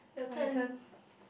my turn